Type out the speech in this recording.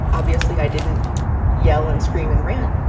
obviously i didn't yell and scream and rant.